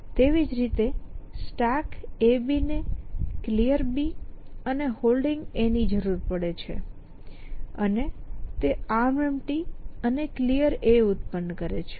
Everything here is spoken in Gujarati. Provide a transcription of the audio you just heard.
તેવી જ રીતે StackAB ને Clear અને Holding ની જરૂર પડે છે અને તે ArmEmpty અને Clear ઉત્પન્ન કરે છે